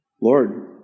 Lord